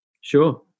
Sure